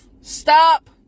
Stop